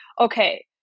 okay